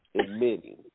admitting